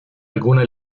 alguna